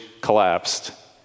collapsed